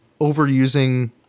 overusing